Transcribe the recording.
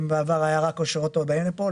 אם בעבר היה אשרות רק כשבאים לפה,